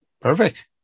Perfect